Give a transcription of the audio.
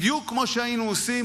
בדיוק כמו שהיינו עושים